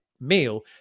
meal